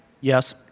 Yes